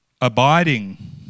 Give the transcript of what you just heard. Abiding